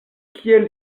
kiel